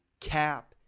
cap